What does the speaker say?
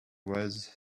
was